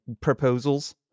proposals